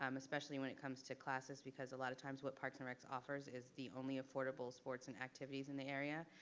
um especially when it comes to classes because a lot of times what parks and rec offers is the only affordable sports and activities in the area.